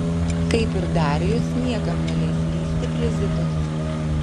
kaip ir darijus niekam neleis lįsti prie zitos